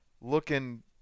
Looking